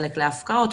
חלק להפקעות,